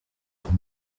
sont